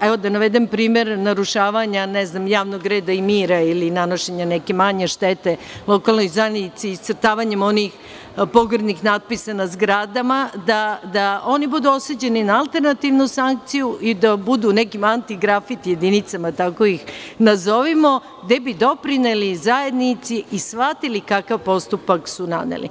evo da navedem primer narušavanja javnog reda i mira ili nanošenja neka manje štete lokalnoj zajednici iscrtavanjem onih pogrdnih natpisa na zgradama, da oni budu osuđeni na alternativnu sankciju i da budu u nekim anti-grafit jedinicama, tako ih nazovimo, gde bi doprineli zajednici i shvatili kakav postupak su naneli.